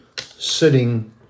sitting